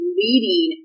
leading